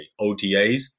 OTAs